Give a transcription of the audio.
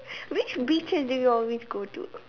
which beaches do you always go to